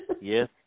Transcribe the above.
Yes